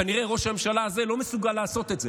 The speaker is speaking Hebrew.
כנראה ראש הממשלה הזה לא מסוגל לעשות את זה,